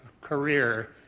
career